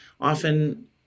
often